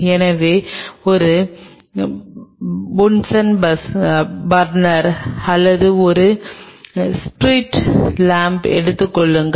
எனவே ஒரு bunsen burner அல்லது ஒரு ஸ்பிரிட் லாம்ப் எடுத்துக் கொள்ளுங்கள்